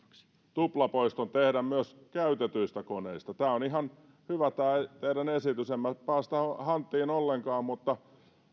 tuplapoiston tehdä myös käytetyistä koneista tämä on ihan hyvä tämä teidän esityksenne en minä pane hanttiin ollenkaan mutta